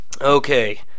okay